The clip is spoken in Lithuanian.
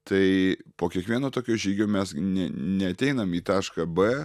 tai po kiekvieno tokio žygio mes ne neateinam į tašką b